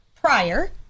prior